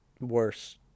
worse